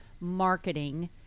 marketing